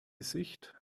sicht